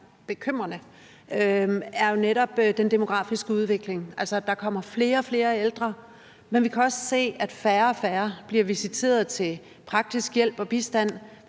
er netop den demografiske udvikling, altså at der kommer flere og flere ældre, men at vi også kan se, at færre og færre bliver visiteret til praktisk hjælp og bistand,